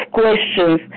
questions